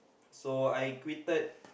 so I quitted